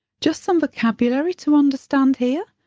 just some vocabulary to understand here.